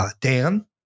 Dan